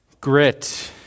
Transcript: Grit